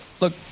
look